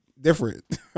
different